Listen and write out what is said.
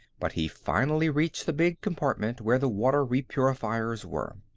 but he finally reached the big compartment where the water repurifiers were.